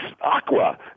aqua